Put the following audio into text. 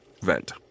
vent